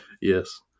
Yes